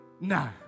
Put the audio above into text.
No